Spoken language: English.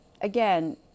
Again